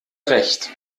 recht